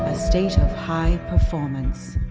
ah station of high performance.